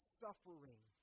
suffering